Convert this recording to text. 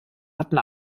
hatten